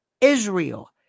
Israel